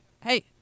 hey